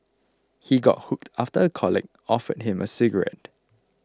he got hooked after a colleague offered him a cigarette